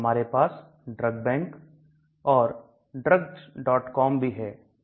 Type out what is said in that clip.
हमारे पास Drug Bank और Drugscom भी है